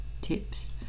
tips